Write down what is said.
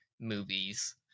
movies